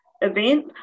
event